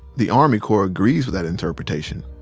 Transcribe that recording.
the army corps agrees with that interpretation.